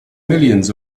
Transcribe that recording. millions